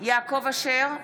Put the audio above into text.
יעקב אשר,